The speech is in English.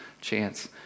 chance